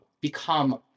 become